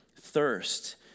thirst